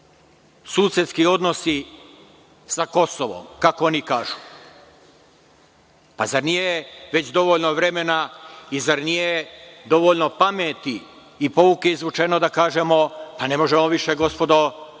susedski odnosi sa Kosovom, kako oni kažu. Pa, zar nije već dovoljno vremena i zar nije dovoljno pameti i pouke izvučeno da kažemo – pa, ne možemo više, gospodo,